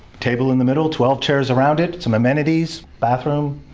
table in the middle, twelve chairs around it, some amenities bathroom,